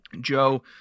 Joe